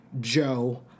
Joe